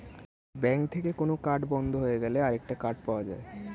bank থেকে কোন card বন্ধ হয়ে গেলে আরেকটা কার্ড পাওয়া যায়